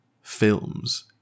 films